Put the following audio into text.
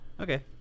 Okay